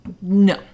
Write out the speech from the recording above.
No